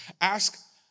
ask